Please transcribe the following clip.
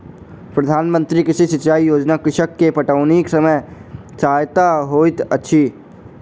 प्रधान मंत्री कृषि सिचाई योजना कृषक के पटौनीक समय सहायक होइत अछि